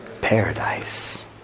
paradise